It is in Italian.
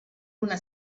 una